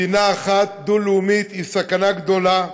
מדינה אחת דו-לאומית היא סכנה גדולה.